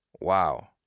Wow